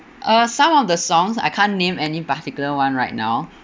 uh some of the songs I can't name any particular one right now